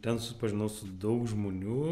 ten susipažinau su daug žmonių